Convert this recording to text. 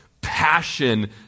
passion